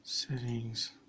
Settings